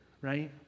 right